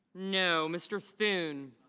no. mr. food